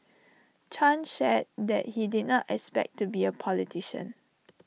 chan shared that he did not expect to be A politician